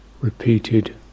repeated